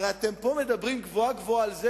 הרי אתם פה מדברים גבוהה גבוהה על זה